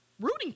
rooting